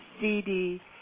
CD